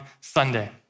Sunday